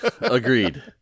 agreed